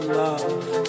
love